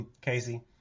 Casey